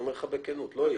אני אומר לך בכנות, לא יהיה.